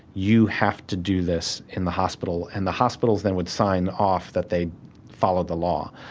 you have to do this in the hospital. and the hospitals then would sign off that they'd followed the law.